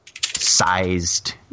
sized